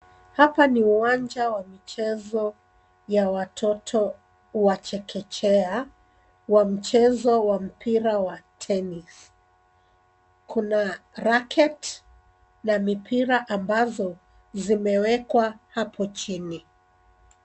Hapa ni uwanja wa michezo ya watoto wa chekechea, wa mchezo wa mpira wa tennis . Kuna racket, na mipira ambazo, zimewekwa hapo chini.